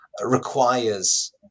requires